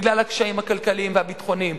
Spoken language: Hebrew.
בגלל הקשיים הכלליים והביטחוניים,